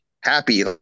happy